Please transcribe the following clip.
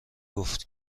گفت